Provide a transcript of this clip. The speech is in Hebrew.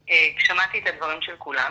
שמעתי את הדברים של כולם.